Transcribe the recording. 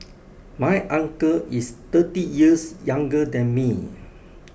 my uncle is thirty years younger than me